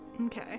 Okay